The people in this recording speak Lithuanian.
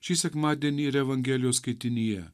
šį sekmadienį ir evangelijos skaitinyje